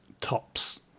tops